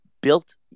built